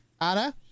Anna